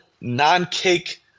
non-cake